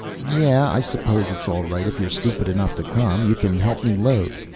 yeah, i suppose it's all right if you're stupid enough to come. you can help me load.